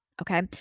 Okay